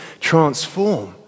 transform